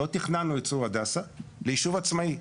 לא תכננו את צור הדסה ליישוב עצמאי.